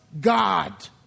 God